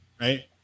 right